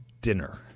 Dinner